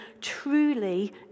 truly